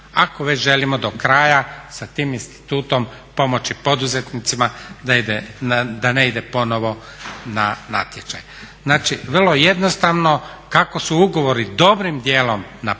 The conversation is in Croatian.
ako već želimo do kraja sa tim institutom pomoći poduzetnicima da ne idu ponovno na natječaj. Znači, vrlo jednostavno, kako su ugovori dobrim dijelom na 10 godina